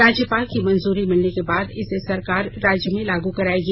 राज्यपाल की मंजूरी मिलने के बाद इसे सरकार राज्य में लागू कराएगी